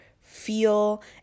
feel